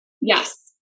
Yes